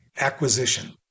acquisition